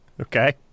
Okay